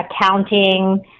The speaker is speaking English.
accounting